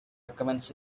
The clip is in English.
recommends